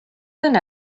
than